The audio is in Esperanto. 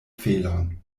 felon